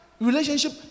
relationship